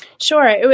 Sure